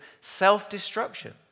self-destruction